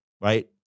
right